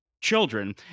children